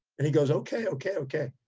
and he goes, okay, okay okay.